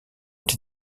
ont